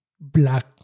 black